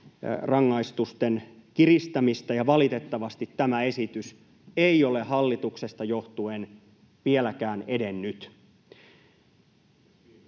rangaistusten kiristämistä, ja valitettavasti tämä esitys ei ole hallituksesta johtuen vieläkään edennyt. Arvoisa